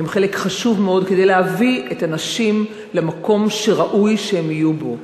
הם חלק חשוב מאוד כדי להביא את הנשים למקום שראוי שהם יהיו בו,